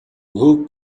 who